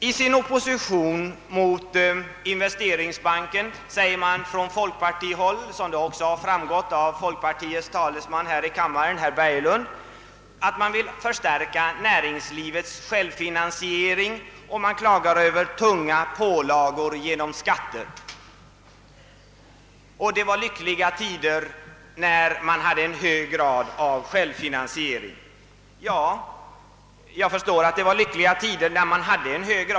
I sin opposition mot investeringsbanken säger man från folkpartihåll — vilket också framförts av folkpartiets talesman här i kammaren, herr Berglund — att man vill förstärka näringslivets självfinansiering. Man klagar över tunga pålagor genom skatter. Det var, säger man, lyckliga tider när företagen hade en hög grad av självfinansiering. Ja, jag förstår att det var lyckliga tider då.